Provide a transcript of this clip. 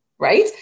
right